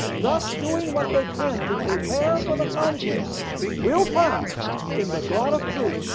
thus doing what they can to prepare for the conflict will find in the god of truth,